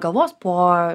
galvos po